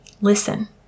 listen